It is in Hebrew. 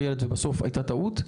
ובסוף הייתה טעות,